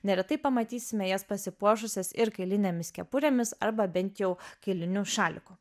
neretai pamatysime jas pasipuošusias ir kailinėmis kepurėmis arba bent jau kailiniu šaliku